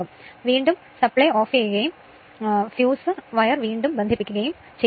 വീണ്ടും വിളിക്കുന്നതിലേക്ക് വീണ്ടും സപ്ലൈ ഓഫ് ചെയ്യുകയും ഫ്യൂസ് വയർ വീണ്ടും ബന്ധിപ്പിക്കുകയും വേണം